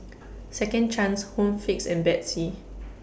Second Chance Home Fix and Betsy